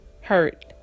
hurt